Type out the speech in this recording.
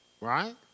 Right